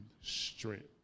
strength